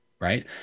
Right